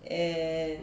and